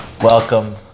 Welcome